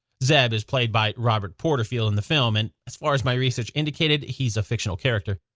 zeb is played by robert porterfield in the film and, as far as my research indicated, he's a fictional character.